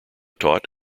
taught